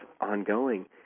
ongoing